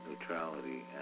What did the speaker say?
neutrality